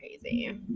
crazy